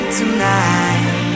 tonight (